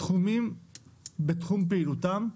תחומים בתחום פעילותם,